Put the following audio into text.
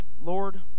Lord